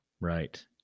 Right